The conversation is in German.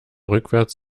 rückwärts